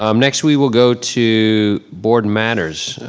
um next we will go to board manners.